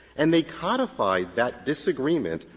and they codified that disagreement,